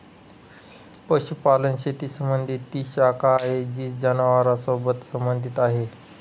पशुपालन शेती संबंधी ती शाखा आहे जी जनावरांसोबत संबंधित आहे